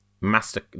Master